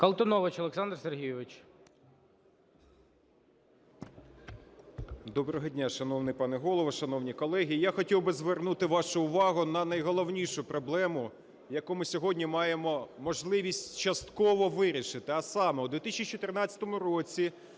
Колтунович Олександр Сергійович. 13:37:01 КОЛТУНОВИЧ О.С. Доброго дня, шановний пане Голово, шановні колеги! Я хотів би звернути вашу увагу на найголовнішу проблему, яку ми сьогодні маємо можливість частково вирішити. А саме, у 2014 році